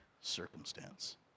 circumstance